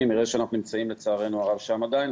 יראה שאנחנו נמצאים לצערנו הרב שם עדיין,